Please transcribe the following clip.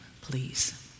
please